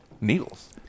needles